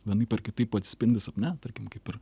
vienaip ar kitaip atsispindi sapne tarkim kaip ir